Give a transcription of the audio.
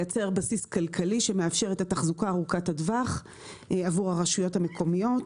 לייצר בסיס כלכלי שמאפשר את התחזוקה ארוכת הטווח עבור הרשויות המקומיות.